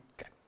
Okay